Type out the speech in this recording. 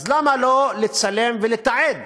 אז למה לא לצלם ולתעד?